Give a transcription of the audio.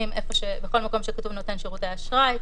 שבכל מקום שבו כתוב "נותן שירותי אשראי"